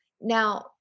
Now